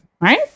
Right